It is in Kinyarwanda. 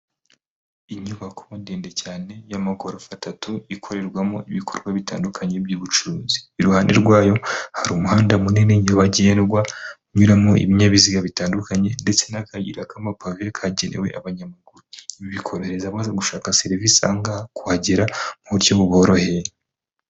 Inyubako ndende cyane y'amagorofa atatu ikorerwamo ibikorwa bitandukanye by'ubucuruzi, iruhande rwayo hari umuhanda munini nyabagendwa, unyuramo ibinyabiziga bitandukanye ndetse n'akayira k'amapave kagenewe abanyamaguru, ibi bikorohereza abaje gushaka serivisi aha ngaha kuhagera mu buryo buboroheye.